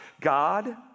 God